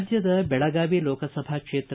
ರಾಜ್ದದ ಬೆಳಗಾವಿ ಲೋಕಸಭಾ ಕ್ಷೇತ್ರ